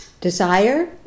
Desire